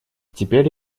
теперь